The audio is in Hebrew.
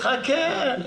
חכה.